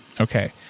Okay